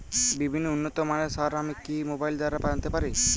বিভিন্ন উন্নতমানের সার আমি কি মোবাইল দ্বারা আনাতে পারি?